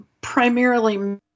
primarily